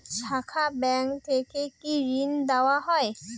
শাখা ব্যাংক থেকে কি ঋণ দেওয়া হয়?